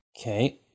Okay